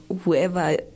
whoever